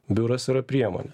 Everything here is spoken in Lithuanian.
biuras yra priemonė